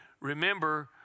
Remember